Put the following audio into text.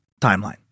timeline